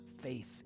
faith